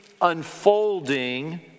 unfolding